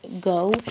go